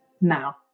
now